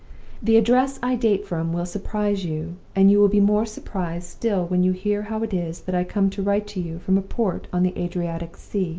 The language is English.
the address i date from will surprise you and you will be more surprised still when you hear how it is that i come to write to you from a port on the adriatic sea.